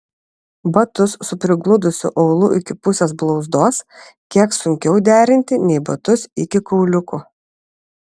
batus su prigludusiu aulu iki pusės blauzdos kiek sunkiau derinti nei batus iki kauliukų